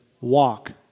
walk